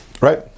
Right